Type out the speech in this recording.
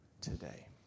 today